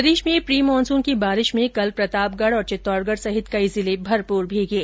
प्रदेश में pre monsoon की बारिश में कल प्रतापगढ़ चित्तौड़गढ सहित कई जिले भरपूर भीगे